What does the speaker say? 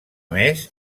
més